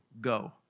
go